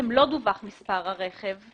לא דווח מספר הרכב,